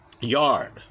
Yard